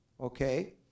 okay